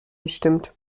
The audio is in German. gestimmt